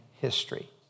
history